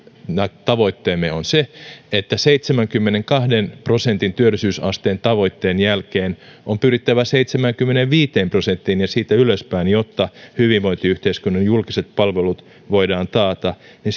tavoitteemme on se että seitsemänkymmenenkahden prosentin työllisyysasteen tavoitteen jälkeen on pyrittävä seitsemäänkymmeneenviiteen prosenttiin ja siitä ylöspäin jotta hyvinvointiyhteiskunnan julkiset palvelut voidaan taata niin